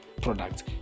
products